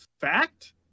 fact